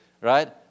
right